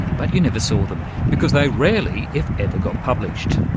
but you never saw them because they rarely, if ever, got published.